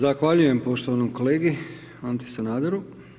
Zahvaljujem poštovanom kolegi Anti Sanaderu.